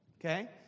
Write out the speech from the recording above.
Okay